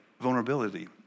vulnerability